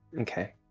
Okay